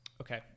Okay